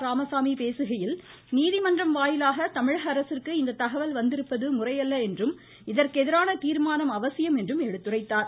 ராமசாமி பேசுகையில் நீதிமன்றம் வாயிலாக தமிழக அரசிற்கு இந்த தகவல் வந்திருப்பது முறையல்ல என்றும் இதற்கு எதிரான தீர்மானம் அவசியம் என்றும் எடுத்துரைத்தார்